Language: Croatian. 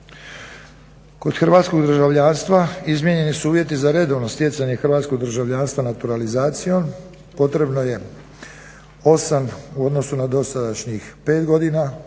Kod hrvatskog državljanstva izmijenjeni su uvjeti za redovno stjecanje hrvatskog državljanstva naturalizacijom, potrebno je 8 u odnosu na dosadašnjih 5 godina,